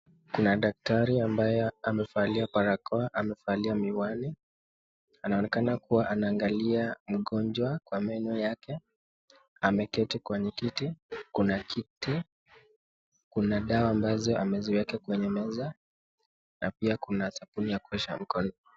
Kuna daktari ambaye amevalia barakoa, amevalia miwani. Anaonekana kuwa anaangalia mgonjwa kwa meno yake. Ameketi kwenye kiti. Kuna kiti ,kuna dawa ambazo ameziweka kwenye meza na pia kuna sabuni ya kuosha mkono.